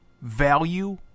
value